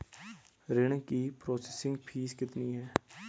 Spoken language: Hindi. ऋण की प्रोसेसिंग फीस कितनी है?